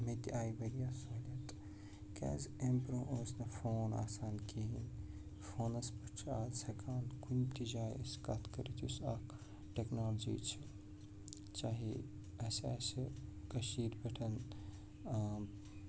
مےٚ تہِ آیہِ واریاہ سہوٗلیت کیٛازِ اَمہِ برٛونٛہہ اوس نہٕ فون آسان کِہیٖنٛۍ فونَس پٮ۪ٹھ چھُ اَز ہٮ۪کان کُنہِ تہِ جایہِ أسۍ کَتھ کٔرِتھ یُس اکھ ٹٮ۪کنالجی چھِ چاہے اَسہِ آسہِ کٔشیٖر پٮ۪ٹھ